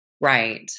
Right